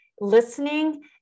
listening